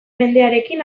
mendearekin